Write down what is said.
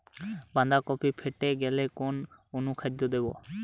বাঁধাকপি ফেটে গেলে কোন অনুখাদ্য দেবো?